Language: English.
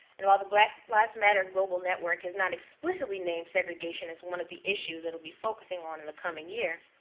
and while the black lives matter global network has not explicitly named segregation as one of the issues it will be focusing on in the coming years,